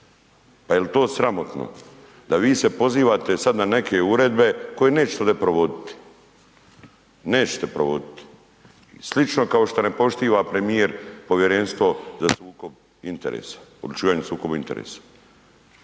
Pa je li to sramotno da vi se pozivate sad na neke uredbe koje nećete ovdje provoditi, nećete provoditi, slično kao što ne poštiva premijer Povjerenstvo za odlučivanje o sukobu interesa.